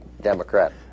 Democrat